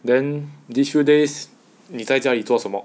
then this few days 你在家里做什么